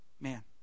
man